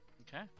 Okay